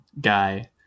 guy